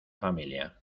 familia